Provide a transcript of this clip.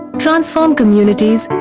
transform communities,